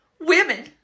women